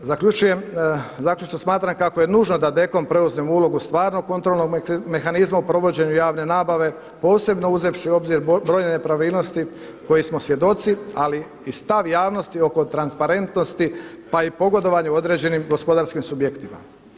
Zaključno smatram kako je nužno da DKOM preuzme ulogu stvarnog kontrolnog mehanizma u provođenju javne nabave, posebno uzevši u obzir brojne nepravilnosti kojih smo svjedoci, ali i stav javnosti oko transparentnosti, pa i pogodovanju određenim gospodarskim subjektima.